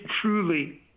truly